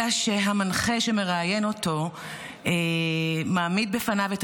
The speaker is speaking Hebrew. אלא שהמנחה שמראיין אותו מעמיד בפניו את